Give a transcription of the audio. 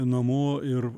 namo ir